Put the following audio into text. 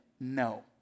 No